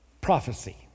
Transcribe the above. prophecy